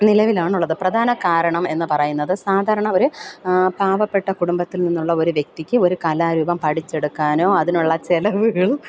നിലവിലാണുള്ളത് പ്രധാന കാരണം എന്നു പറയുന്നത് സാധാരണ ഒരു പാവപ്പെട്ട കുടുംബത്തിൽ നിന്നുള്ള ഒരു വ്യക്തിക്ക് ഒരു കലാരൂപം പഠിച്ചെടുക്കാനോ അതിനുള്ള ചിലവുകളും